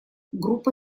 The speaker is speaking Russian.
группа